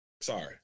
sorry